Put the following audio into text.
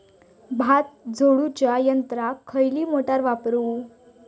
भात झोडूच्या यंत्राक खयली मोटार वापरू?